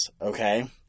okay